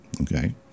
okay